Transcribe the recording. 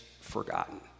forgotten